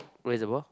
where is the ball